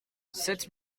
sept